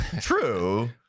True